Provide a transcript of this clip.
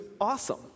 awesome